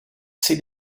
see